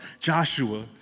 Joshua